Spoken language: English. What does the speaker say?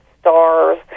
stars